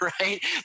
Right